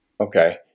Okay